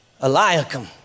Eliakim